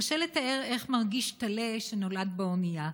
קשה לתאר איך מרגיש טלה שנולד באונייה,